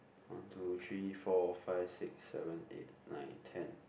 one two three four five six seven eight nine ten